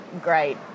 great